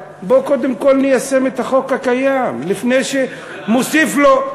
בואו קודם כול ניישם את החוק הקיים לפני שנוסיף לו,